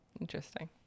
Interesting